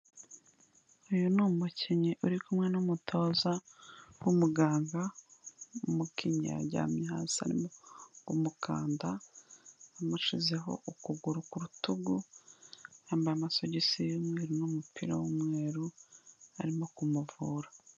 Uyu ni umukinnyi uri kumwe n'umutoza w'umuganga, umukinnyi yaryamye hasi arimo ku mukanda, amushyizeho ukuguru ku rutugu, yambaye amasogisi y'umweru n'umupira w'umweru, arimo ku muvura.